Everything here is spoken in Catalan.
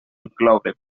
incloure